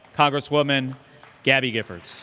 congresswoman gabby giffords.